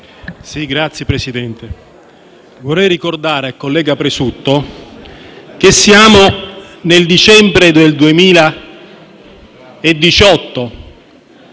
Signor Presidente, vorrei ricordare al collega Presutto che siamo a dicembre del 2018